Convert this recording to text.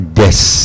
death